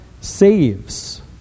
saves